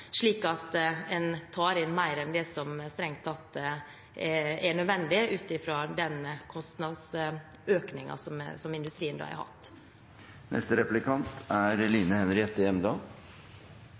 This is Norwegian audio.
slik at en tar inn mer enn det som strengt tatt er nødvendig ut fra den kostnadsøkningen som industrien har hatt. Saken vi nå debatterer, er